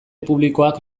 publikoak